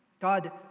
God